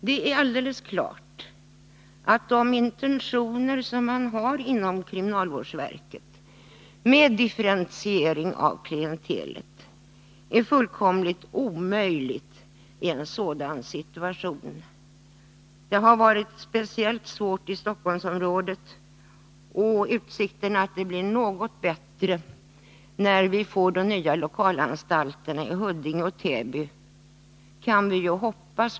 Det står helt klart att kriminalvårdsverkets intentioner att differentiera klientelet är helt omöjliga att genomföra i en sådan situation. Speciellt svårt har det varit i Stockholmsområdet. Vi kan ju hoppas på någon förbättring i det avseendet när de nya lokalanstalterna i Huddinge och Täby tas i bruk.